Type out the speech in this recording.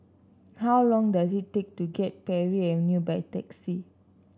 how long does it take to get Parry Avenue by taxi